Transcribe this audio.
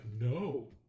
no